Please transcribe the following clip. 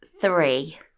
three